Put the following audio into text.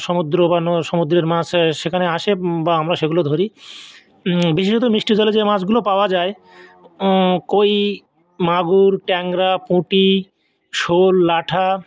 সমুদ্র বা সমুদ্রের মাছ সেখানে আসে বা আমরা সেগুলো ধরি বিশেষত মিষ্টি জলে যে মাছগুলো পাওয়া যায় কই মাগুর ট্যাংরা পুঁটি শোল ল্যাঠা